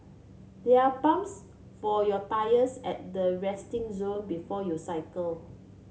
there are pumps for your tyres at the resting zone before you cycle